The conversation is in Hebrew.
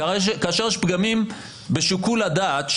כאשר יש פגמים בשיקול הדעת,